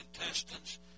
intestines